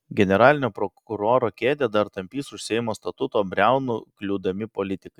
generalinio prokuroro kėdę dar tampys už seimo statuto briaunų kliūdami politikai